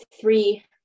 three